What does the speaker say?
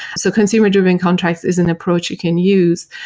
so consumer-driven contract is an approach you can use,